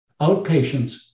outpatients